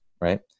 right